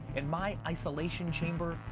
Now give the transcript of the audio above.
in my isolation chamber,